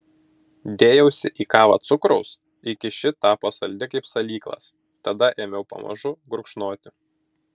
dėjausi į kavą cukraus iki ši tapo saldi kaip salyklas tada ėmiau pamažu gurkšnoti